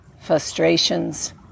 frustrations